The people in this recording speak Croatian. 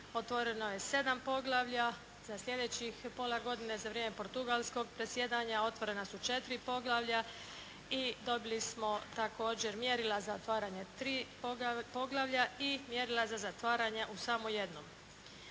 otvoreno je 7 poglavlja, za slijedećih pola godine za vrijeme portugalskog zasjedanja otvorena su 4 poglavlja i dobili smo također mjerila za otvaranje tri poglavlja i mjerila za zatvaranje u samo jednom.